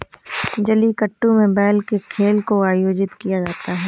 जलीकट्टू में बैल के खेल को आयोजित किया जाता है